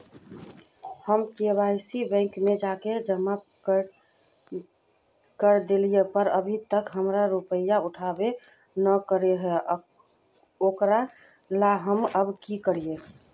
हम KYC bank में जाके जमा कर देलिए पर अभी तक हमर रुपया उठबे न करे है ओकरा ला हम अब की करिए?